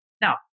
Now